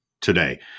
today